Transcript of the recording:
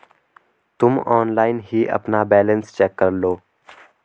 तुम ऑनलाइन ही अपना बैलन्स चेक करलो